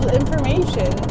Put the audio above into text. information